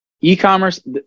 e-commerce